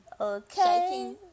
Okay